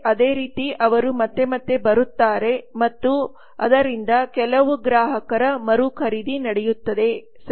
ಅದೇ ರೀತಿಅವರು ಮತ್ತೆ ಮತ್ತೆ ಬರುತ್ತಾರೆ ಮತ್ತು ಆದ್ದರಿಂದ ಕೆಲವು ಗ್ರಾಹಕರ ಮರುಖರೀದಿ ನಡೆಯುತ್ತದೆ ಸರಿ